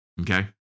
Okay